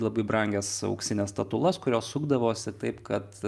labai brangias auksines statulas kurios sukdavosi taip kad